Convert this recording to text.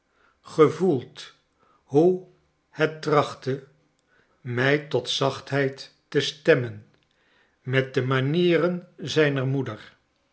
gevoeld hoe het trachtte mij tot zachtheid te stemmen met de manieren zijner moeder